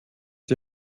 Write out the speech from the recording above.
die